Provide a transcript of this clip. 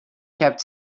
kept